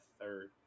third